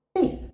faith